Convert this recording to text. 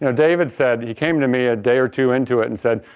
you know david said, he came to me a day or two into it and said,